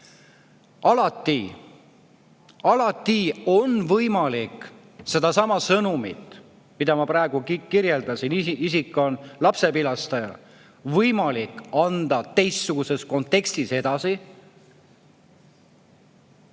alati! – on võimalik sedasama sõnumit, mida ma praegu kirjeldasin – isik on lapsepilastaja –, anda teistsuguses kontekstis edasi